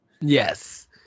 Yes